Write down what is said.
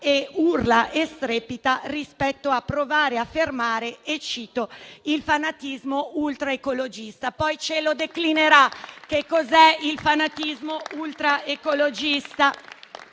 e urla e strepita rispetto a provare a fermare - cito - il fanatismo ultraecologista. Poi ci spiegherà che cosa è il fanatismo ultraecologista.